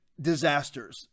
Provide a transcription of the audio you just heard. disasters